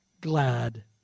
glad